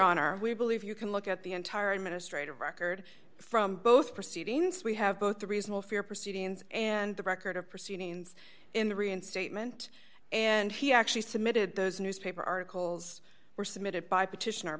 honor we believe you can look at the entire administrative record from both proceedings we have both the reasonable fear proceedings and the record of proceedings in the reinstatement and he actually submitted those newspaper articles were submitted by petition